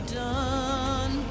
done